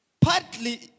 Partly